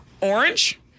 orange